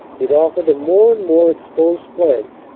it offered a more and more exposed flank,